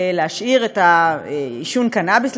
להשאיר את עישון הקנאביס,